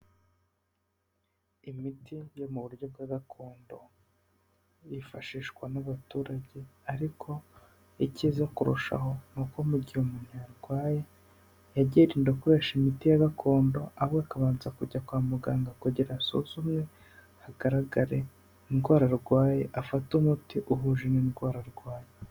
Imiti yo mu buryo bwa gakondo yifashishwa n'abaturage ariko ikiza kurushaho ni uko mu gihe umuntu yarwaye yajya yirinda gukoresha imiti ya gakondo, ahubwo akabanza kujya kwa muganga kugira asuzumwe hagaragare indwara arwaye, afate umuti uhuje n'indwara arwaye.